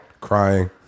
Crying